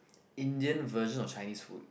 Indian version of Chinese food